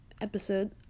episode